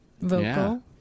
vocal